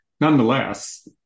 Nonetheless